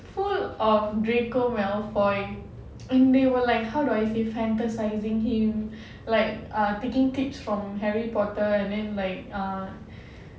full of draco malfoy and they were like how do I say fantasizing him like err taking tips from harry potter and then like err